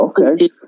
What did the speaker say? Okay